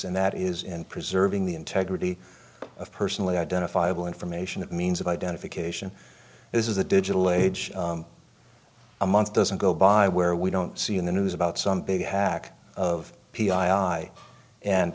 and that is and preserving the integrity of personally identifiable information that means of identification this is the digital age a month doesn't go by where we don't see in the news about some big hack of p